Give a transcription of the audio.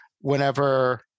whenever